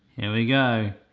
and we go.